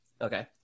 Okay